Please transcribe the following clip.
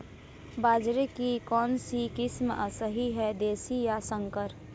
बाजरे की कौनसी किस्म सही हैं देशी या संकर?